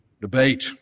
debate